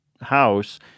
house